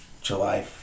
July